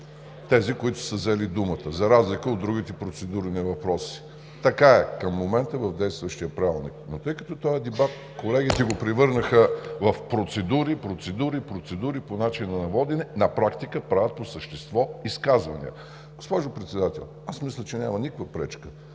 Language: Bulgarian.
тези, които са взели думата, за разлика от другите процедурни въпроси. Така е към момента в действащия Правилник. Но тъй като този дебат колегите превърнаха в процедури, процедури, процедури по начина на водене, на практика правят по същество изказване. Госпожо Председател, мисля, че няма никаква пречка,